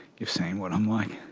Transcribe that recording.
you've seen what i'm like.